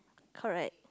correct